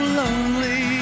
lonely